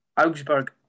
Augsburg